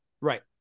Right